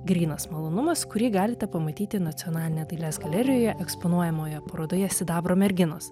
grynas malonumas kurį galite pamatyti nacionalinėje dailės galerijoje eksponuojamoje parodoje sidabro merginos